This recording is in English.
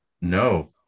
No